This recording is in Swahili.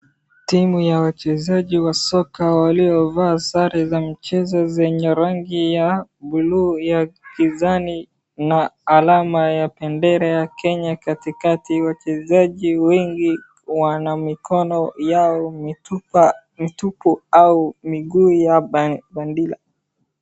Timu ya wachezaji wa soka waliovaa sare za mchezo zenye rangi ya blue ya kijani na alama ya bendera ya Kenya, katikati wachezaji wengi wana mikono yao mitupu, au miguu ya bandila.